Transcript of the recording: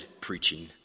preaching